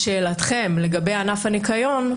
לשאלתכם לגבי ענף הניקיון,